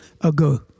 ago